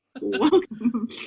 Welcome